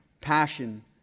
passion